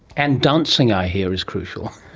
and dancing i hear is crucial.